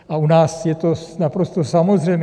A u nás je to naprosto samozřejmé.